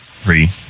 Three